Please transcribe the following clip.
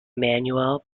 manuel